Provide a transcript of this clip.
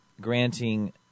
granting